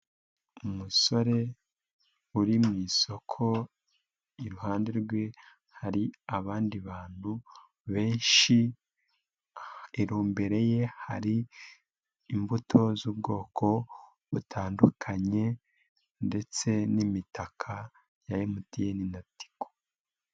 Umusore uri mu isoko iruhande rwe hari abandi bantu benshi, imbere ye hari imbuto z'ubwoko butandukanye ndetse n'imitaka ya MTN na Tigo.